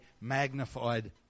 magnified